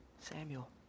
Samuel